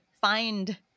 find